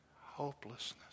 hopelessness